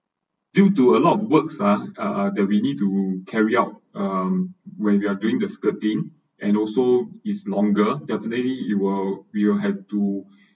due to a lot of works ah uh that we need to carry out um when we are doing the skirting and also is longer definitely it will we will have to